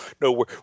no